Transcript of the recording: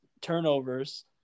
Turnovers